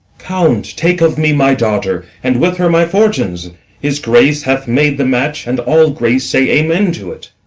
count, take of me my daughter, and with her my fortunes his grace hath made the match, and all grace say amen to it!